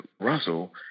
Russell